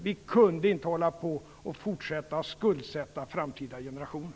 Vi kunde inte fortsätta att skuldsätta framtida generationer.